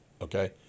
Okay